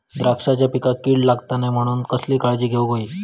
द्राक्षांच्या पिकांक कीड लागता नये म्हणान कसली काळजी घेऊक होई?